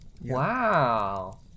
Wow